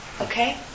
Okay